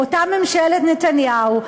באותה ממשלת נתניהו,